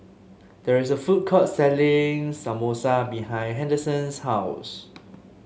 there is a food court selling Samosa behind Henderson's house